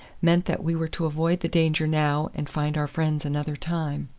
meant that we were to avoid the danger now and find our friends another time.